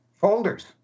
folders